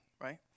right